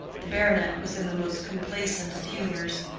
the baronet was in the most complaisant of humors.